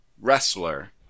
wrestler